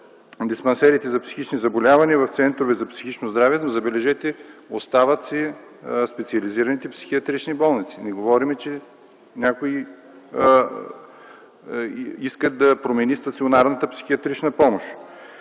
диспансерите за психични заболявания – в центрове за психично здраве, но забележете, остават си специализираните психиатрични болници - не говорим, че някой иска да промени стационарната психиатрична помощ;